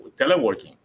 teleworking